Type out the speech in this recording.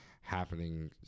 happening